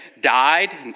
died